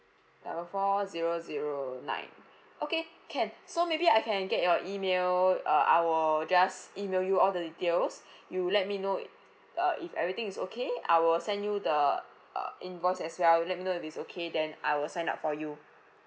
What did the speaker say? double four zero zero nine okay can so maybe I can get your email uh I will just email you all the details you let me know uh if everything is okay I will send you the uh invoice as well you let me know if it's okay then I will sign up for you